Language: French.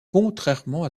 contrairement